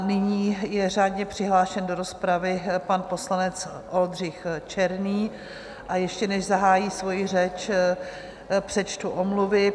Nyní je řádně přihlášen do rozpravy pan poslanec Oldřich Černý, a ještě než zahájí svoji řeč, přečtu omluvy.